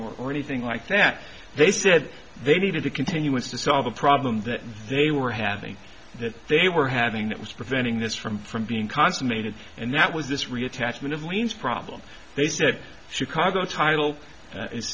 financing or anything like that they said they needed a continuance to solve a problem that they were having that they were having that was preventing this from from being consummated and that was this reattachment of liens problem they said chicago title is